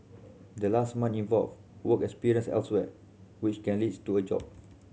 the last month involve work experience elsewhere which can leads to a job